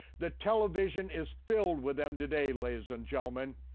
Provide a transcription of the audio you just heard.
the television is filled with them today, ladies and gentlemen.